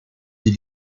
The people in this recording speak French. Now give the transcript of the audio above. des